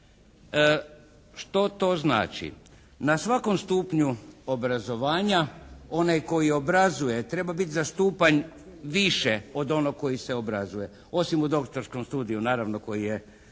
Što to znači? Na svakom stupnju obrazovanja onaj koji obrazuje treba biti za stupanj više od onog koji se obrazuje, osim u doktorskom studiju naravno koji je